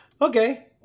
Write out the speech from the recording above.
Okay